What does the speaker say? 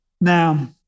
now